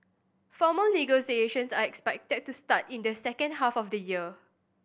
formal negotiations are expected to start in the second half of the year